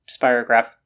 spirograph